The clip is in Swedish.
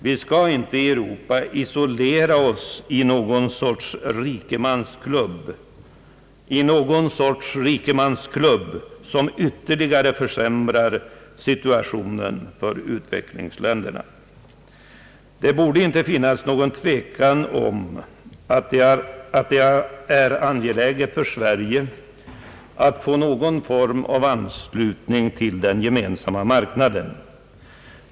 Vi i Europa skall inte isolera oss i någon sorts rikemansklubb, som ytterligare försämrar situationen för utvecklingsländerna. Ingen tvekan borde finnas om att det är angeläget för Sverige att få någon form av anslutning till den gemensamma marknaden.